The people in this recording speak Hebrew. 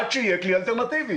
עד שיהיה כלי אלטרנטיבי.